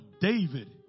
David